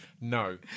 No